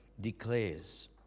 declares